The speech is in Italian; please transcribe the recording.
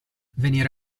venire